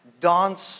dance